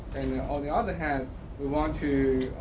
and on the other hand we want to